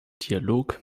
dialog